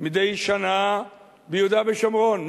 מדי שנה ביהודה ושומרון.